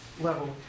level